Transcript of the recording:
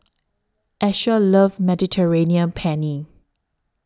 Asher loves Mediterranean Penne